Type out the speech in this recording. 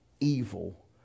evil